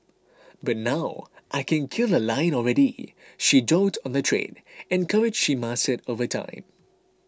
but now I can kill a lion already she joked on the trade and courage she mastered over time